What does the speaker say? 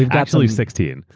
absolutely, sixteen.